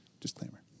Disclaimer